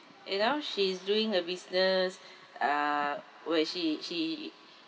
you know she's doing her business uh where she she